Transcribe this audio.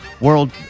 World